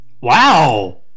wow